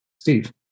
Steve